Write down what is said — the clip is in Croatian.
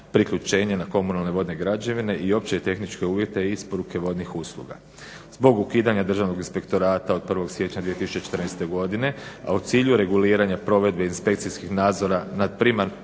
priključenje na komunalne vodne građevine i opće i tehničke uvjete i isporuke vodnih usluga. Zbog ukidanja Državnog inspektorata od 1. siječnja 2014. godine, a u cilju reguliranja provedbe inspekcijskih nadzora nad primjenom